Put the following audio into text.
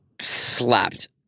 slapped